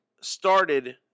started